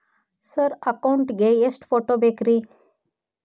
Sir account ಗೇ ಎಷ್ಟು photo ಬೇಕ್ರಿ?